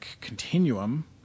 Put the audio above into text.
Continuum